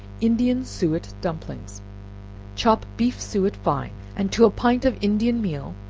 indian suet dumplings chop beef suet fine, and to a pint of indian meal,